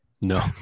No